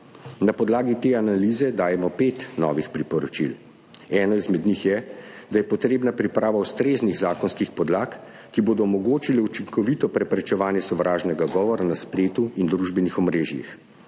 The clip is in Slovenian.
Na podlagi te analize dajemo pet novih priporočil. Eno izmed njih je, da je potrebna priprava ustreznih zakonskih podlag, ki bodo omogočile učinkovito preprečevanje sovražnega govora na spletu in družbenih omrežjih.